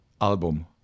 album